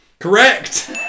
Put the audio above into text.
Correct